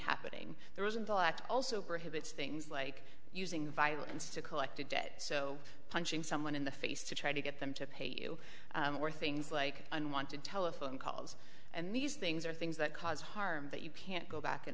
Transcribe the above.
happening there was in the act also prohibits things like using violence to collect a debt so punching someone in the face to try to get them to pay you for things like unwanted telephone calls and these things are things that cause harm that you can't go back and